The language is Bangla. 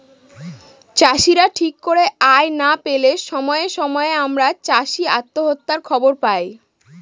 চাষীরা ঠিক করে আয় না পেলে সময়ে সময়ে আমরা চাষী আত্মহত্যার খবর পায়